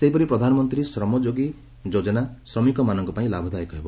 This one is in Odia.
ସେହିପରି ପ୍ରଧାନମନ୍ତୀ ଶ୍ରମ ଯୋଗୀ ଯୋଜନା ଶ୍ରମିକମାନଙ୍କ ପାଇଁ ଲାଭଦାୟକ ହେବ